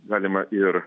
galima ir